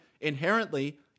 inherently